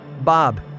Bob